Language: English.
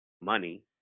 money